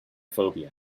phobia